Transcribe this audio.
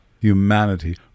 humanity